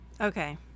Okay